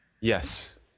yes